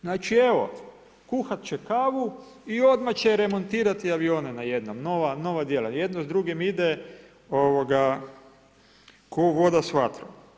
Znači evo, kuhati će kavu i odmah će remontirati avione, najednom, nova djela, jedno s drugim ide, ko voda s vatrom.